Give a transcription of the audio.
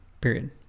period